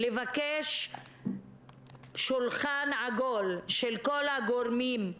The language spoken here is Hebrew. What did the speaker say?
לכנס מייד שולחן עגול של כל הגורמים,